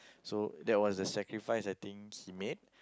so that was the sacrifice I think he made